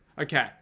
Okay